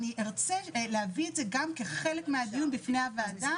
אני ארצה להביא את זה גם כחלק מהדיון בפני הוועדה,